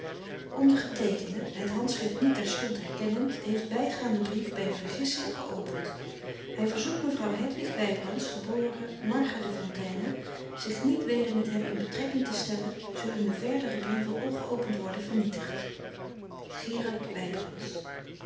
ondergeteekende het handschrift niet terstond herkennend heeft bijgaanden brief bij vergissing geopend hij verzoekt mevrouw hedwig wybrands geboren marga de fontayne zich niet weder met hem in betrekking te stellen zullende verdere brieven ongeopend worden vernietigd gerard